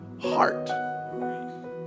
heart